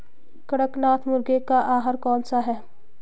कड़कनाथ मुर्गे का आहार कौन सा है?